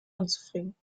unzufrieden